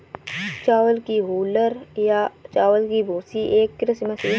चावल की हूलर या चावल की भूसी एक कृषि मशीन है